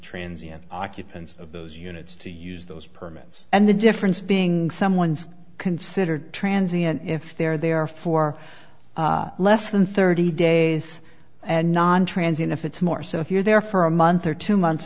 transients occupants of those units to use those permits and the difference being someone's considered transit and if they're there for less than thirty days and non transit if it's more so if you're there for a month or two months